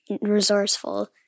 resourceful